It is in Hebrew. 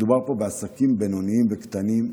מדובר פה בעסקים בינוניים וקטנים,